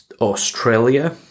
Australia